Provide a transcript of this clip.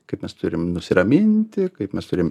kaip mes turim nusiraminti kaip mes turim